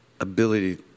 ability